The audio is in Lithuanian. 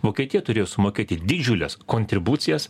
vokietija turėjo sumokėti didžiules kontribucijas